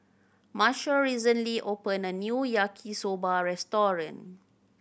Marshall recently opened a new Yaki Soba restaurant